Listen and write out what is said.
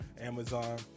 Amazon